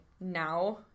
now